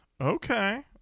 Okay